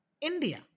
India